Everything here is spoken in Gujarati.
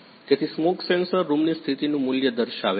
તેથી સ્મોક સેન્સર રૂમની સ્થિતિનું મૂલ્ય દર્શાવે છે